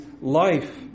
life